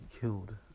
killed